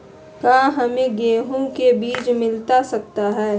क्या हमे गेंहू के बीज मिलता सकता है?